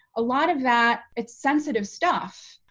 a lot of that it's sensitive stuff.